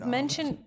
Mention